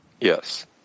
Yes